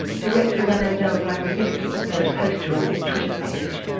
director aanand l. rai released a third poster on his twitter page,